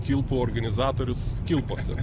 kilpų organizatorius kilpose